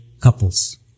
couples